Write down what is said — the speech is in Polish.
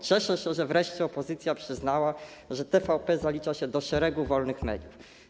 Cieszę się, że wreszcie opozycja przyznała, że TVP zalicza się do szeregu wolnych mediów.